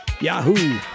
yahoo